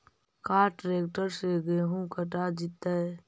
का ट्रैक्टर से गेहूं कटा जितै?